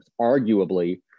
arguably